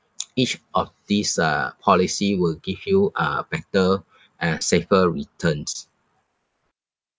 each of these uh policy will give you uh better uh safer returns